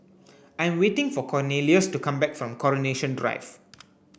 I'm waiting for Cornelious to come back from Coronation Drive